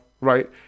right